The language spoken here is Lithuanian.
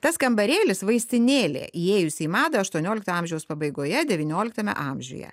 tas kambarėlis vaistinėlė įėjusi į madą aštuoniolikto amžiaus pabaigoje devynioliktame amžiuje